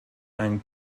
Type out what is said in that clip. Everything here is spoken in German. ein